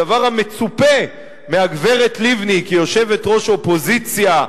הדבר המצופה מהגברת לבני כיושבת-ראש אופוזיציה,